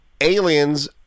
Aliens